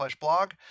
blog